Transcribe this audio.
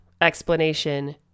explanation